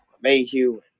Mayhew